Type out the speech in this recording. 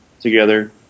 together